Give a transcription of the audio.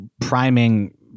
priming